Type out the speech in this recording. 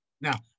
Now